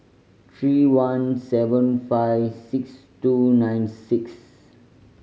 three one seven five six two nine six